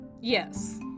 Yes